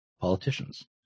politicians